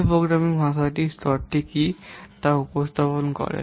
L programming ভাষার স্তরটি কী তা উপস্থাপন করে